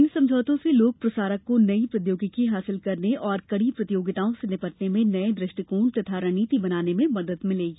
इन समझौतों से लोक प्रसारक को नई प्रौद्योगिकी हासिल करने और कड़ी प्रतियोगिताओं से निपटने में नए दृष्टिकोण तथा रणनीति बनाने में मदद मिलेगी